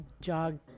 jog